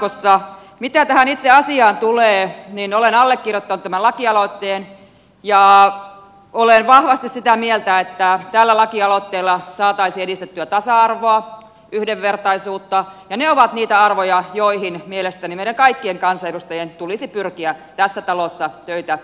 mitä tähän itse asiaan tulee niin olen allekirjoittanut tämän lakialoitteen ja olen vahvasti sitä mieltä että tällä lakialoitteella saataisiin edistettyä tasa arvoa yhdenvertaisuutta ja ne ovat niitä arvoja joihin mielestäni meidän kaikkien kansanedustajien tulisi pyrkiä tässä talossa töitä tehdessämme